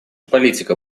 политика